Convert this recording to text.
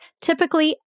typically